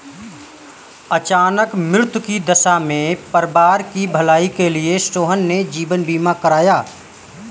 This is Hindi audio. अचानक मृत्यु की दशा में परिवार की भलाई के लिए सोहन ने जीवन बीमा करवाया